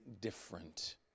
different